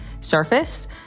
surface